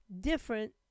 different